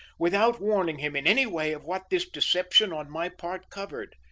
without warning him in any way of what this deception on my part covered.